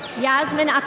yasmin